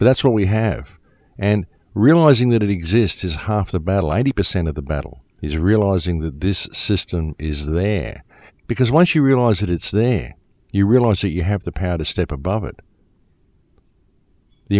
that's what we have and realizing that it exists is half the battle and the percent of the battle he's realizing that this system is there because once you realize it it's there you realize that you have the pad a step above it the